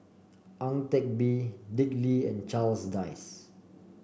Ang Teck Bee Dick Lee and Charles Dyce